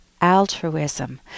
altruism